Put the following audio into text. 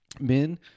men